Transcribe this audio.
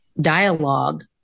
dialogue